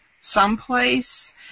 someplace